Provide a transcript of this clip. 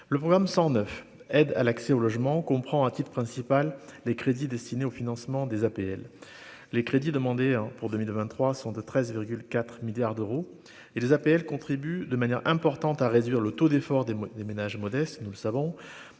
le programme 109 aide à l'accès au logement qu'on prend à titre principal les crédits destinés au financement des APL, les crédits demandés pour 2023 sont de 13 4 milliards d'euros et les APL contribue de manière importante à réduire le taux d'effort des des ménages modestes, nous le savons,